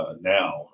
now